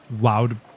loud